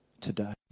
today